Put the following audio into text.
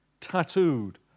tattooed